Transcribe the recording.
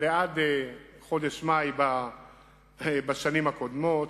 עד חודש מאי בשנים הקודמות.